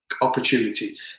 Opportunity